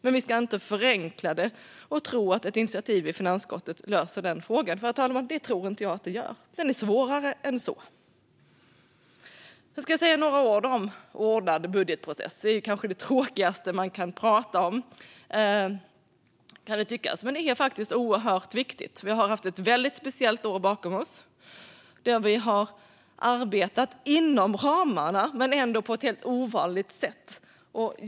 Men vi ska inte förenkla det och tro att ett initiativ i finansutskottet löser frågan, för det, herr talman, tror jag inte att det gör. Den är svårare än så. Jag ska säga några ord om ordnad budgetprocess. Det kan kanske tyckas vara det tråkigaste man kan prata om, men det är faktiskt oerhört viktigt. Vi har ett väldigt speciellt år bakom oss, där vi har arbetat inom ramarna men ändå på ett ovanligt sätt.